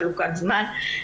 חלוקת זמן,